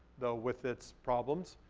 though with its problems.